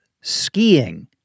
skiing